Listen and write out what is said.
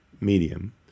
medium